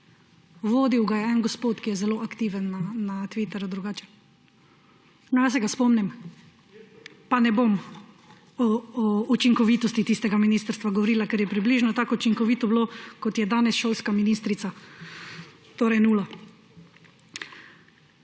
Vodil ga je en gospod, ki je zelo aktiven na Twitterju drugače. No, jaz se ga spomnim. Pa ne bom o učinkovitosti tistega ministrstva govorila, ker je približno tako učinkovito bilo, kot je danes šolska ministrica. Torej nula.